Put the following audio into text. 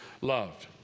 loved